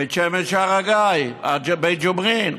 בית שמש שער הגיא עד בית ג'וברין,